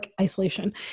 isolation